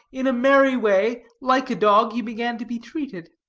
in a merry way, like a dog he began to be treated.